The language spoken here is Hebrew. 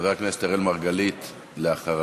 חבר הכנסת אראל מרגלית, אחריו.